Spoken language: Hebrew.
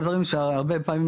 עדיין,